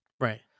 right